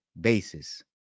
basis